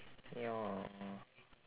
ya